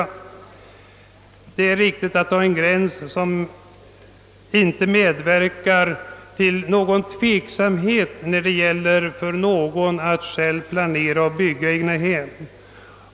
Det måste vara riktigt att dra en gräns, som inte medverkar till att det uppstår någon tveksamhet hos den som avser att planera och själv bygga egnahem.